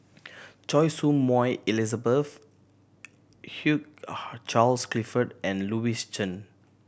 Choy Su Moi Elizabeth Hugh Charles Clifford and Louis Chen